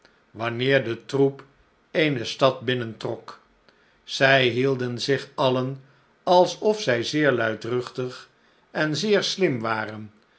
wanneer de troep eene stad binnentrok zij hielden zich alien alsof zij zeer luchtig en zeer slim waren